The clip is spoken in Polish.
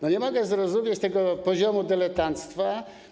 Nie mogę zrozumieć tego poziomu dyletanctwa.